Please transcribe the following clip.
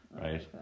Right